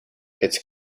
its